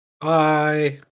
Bye